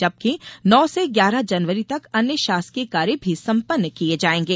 जबकि नौ से ग्यारह जनवरी तक अन्य शासकीय कार्य भी संपन्न किये जायेगें